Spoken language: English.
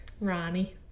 Ronnie